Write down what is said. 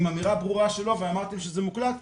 עם אמירה ברורה שלו ואמרתם שזה מוקלט,